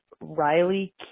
Riley